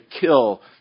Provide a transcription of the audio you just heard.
kill